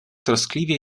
troskliwie